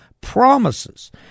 promises